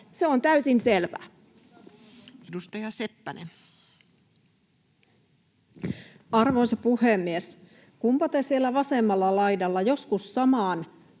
Se on täysin selvä. Edustaja Seppänen. Arvoisa puhemies! Kunpa te siellä vasemmalla laidalla joskus samaan